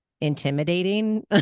intimidating